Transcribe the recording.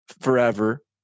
forever